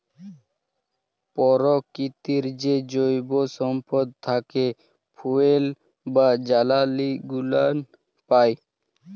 পরকিতির যে জৈব সম্পদ থ্যাকে ফুয়েল বা জালালী গুলান পাই